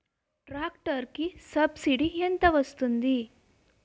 Tractor కి subsidy ఎంత వస్తుంది?